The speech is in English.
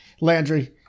Landry